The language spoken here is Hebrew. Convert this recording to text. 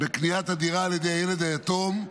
בקניית הדירה על ידי ילד יתום,